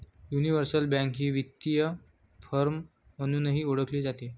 universal bank ही वित्तीय firm म्हणूनही ओळखली जाते